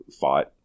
fought